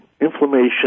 Inflammation